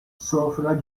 sofra